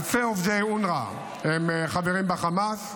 אלפי עובדי אונר"א הם חברים בחמאס,